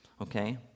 okay